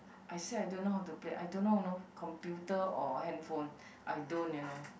I say I don't know how to Play I don't you know computer or handphone I don't you know